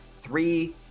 three